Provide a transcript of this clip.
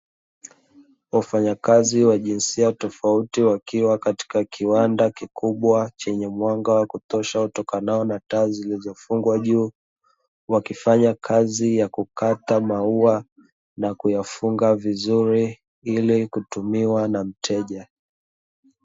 Wafanyakazi wa jinsia tofauti wakiwa katika kiwanda kikubwa chenye mwanga wa kutosha utokanao na taa zilizofungwa juu, Wakifanya kazi ya kukata maua na kuyafunga vizuri ili kutumiwa na mteja.